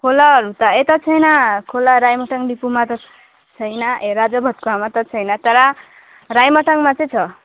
खोलाहरू त यता छैन खोला राइमटाङ डिपुमा त छैन ए राजा भातखोवामा त छैन तर राइमटाङमा चाहिँ छ